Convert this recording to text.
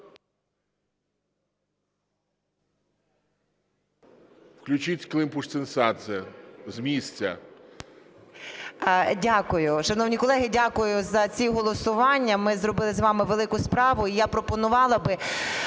Включіть Климпуш-Цинцадзе з місця.